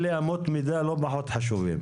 אלה אמות מידה לא פחות חשובים.